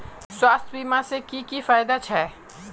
स्वास्थ्य बीमा से की की फायदा छे?